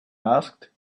asked